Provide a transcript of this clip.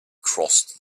crossed